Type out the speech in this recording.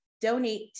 Donate